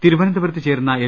തിരുവനതപുരത്ത് ചേരുന്ന എൽ